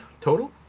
total